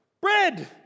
bread